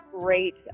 great